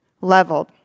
leveled